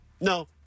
No